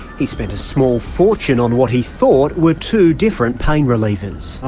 he spent a small fortune on what he thought were two different pain relievers.